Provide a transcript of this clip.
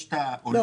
יש את העולים,